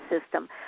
system